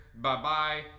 bye-bye